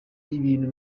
ibintu